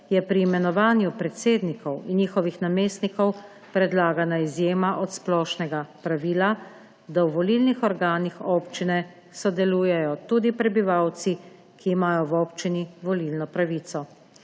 je pri imenovanju predsednikov in njihovih namestnikov predlagana izjema od splošnega pravila, da v volilnih organih občine sodelujejo tudi prebivalci, ki imajo v občini volilno pravico.